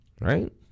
right